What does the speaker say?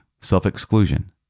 self-exclusion